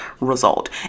result